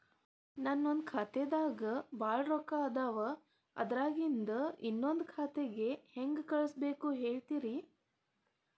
ನನ್ ಒಂದ್ ಖಾತ್ಯಾಗ್ ಭಾಳ್ ರೊಕ್ಕ ಅದಾವ, ಅದ್ರಾಗಿಂದ ಇನ್ನೊಂದ್ ನಂದೇ ಖಾತೆಗೆ ಹೆಂಗ್ ಕಳ್ಸ್ ಬೇಕು ಹೇಳ್ತೇರಿ?